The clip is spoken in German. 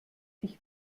ich